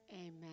amen